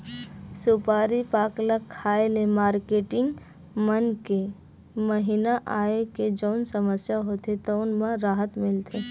सुपारी पाक ल खाए ले मारकेटिंग मन के महिना आए के जउन समस्या होथे तउन म राहत मिलथे